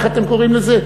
איך אתם קוראים לזה?